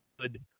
good